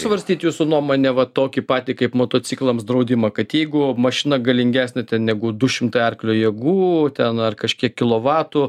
svarstyt jūsų nuomone va tokį patį kaip motociklams draudimą kad jeigu mašina galingesnė negu du šimtai arklio jėgų ten ar kažkiek kilovatų